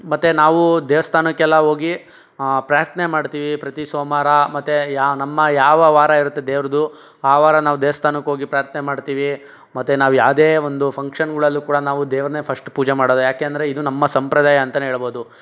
ಮತ್ತು ನಾವು ದೇವಸ್ಥಾನಕ್ಕೆಲ್ಲ ಹೋಗಿ ಪ್ರಾರ್ಥನೆ ಮಾಡ್ತೀವಿ ಪ್ರತಿ ಸೋಮವಾರ ಮತ್ತು ನಮ್ಮ ಯಾವ ವಾರ ಇರುತ್ತೆ ದೇವರದು ಆ ವಾರ ನಾವು ದೇವಸ್ಥಾನಕ್ಕೆ ಹೋಗಿ ಪ್ರಾರ್ಥನೆ ಮಾಡ್ತೀವಿ ಮತ್ತು ನಾವು ಯಾವ್ದೆ ಒಂದು ಫಂಕ್ಷನ್ಗಳಲ್ಲೂ ಕೂಡ ನಾವು ದೇವರನ್ನೇ ಫಸ್ಟ್ ಪೂಜೆ ಮಾಡೋದು ಯಾಕೆಂದರೆ ಇದು ನಮ್ಮ ಸಂಪ್ರದಾಯ ಅಂತನೆ ಹೇಳ್ಬೋದು